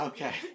Okay